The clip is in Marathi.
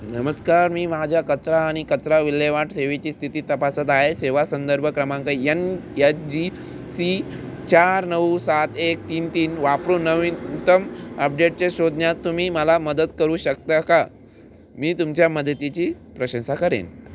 नमस्कार मी माझ्या कचरा आणि कचरा विल्हेवाट सेवेची स्थिती तपासत आहे सेवा संदर्भ क्रमांक यन यच जी सी चार नऊ सात एक तीन तीन वापरून नवीनतम अपडेटच्या शोधण्यात तुम्ही मला मदत करू शकता का मी तुमच्या मदतीची प्रशंसा करेन